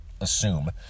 assume